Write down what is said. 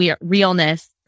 realness